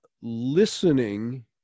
listening